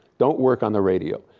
don't work on the radio.